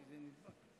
תטייבו אותה.